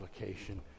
application